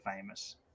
famous